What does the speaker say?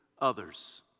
others